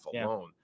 alone